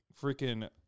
freaking